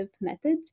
methods